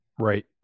Right